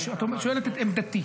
את שואלת את עמדתי,